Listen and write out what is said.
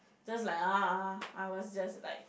just like uh I was just like